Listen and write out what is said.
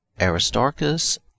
Aristarchus